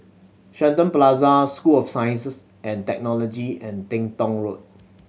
Shenton Plaza School of Science and Technology and Teng Tong Road